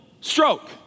stroke